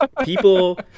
People